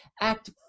Act